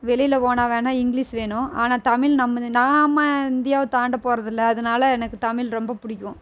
வெளியில போனால் வேணா இங்கிலீஷ் வேணும் ஆனால் தமிழ் நம்ம நாம இந்தியாவை தாண்ட போறதில்லை அதனால எனக்கு தமிழ் ரொம்ப பிடிக்கும்